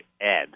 Ed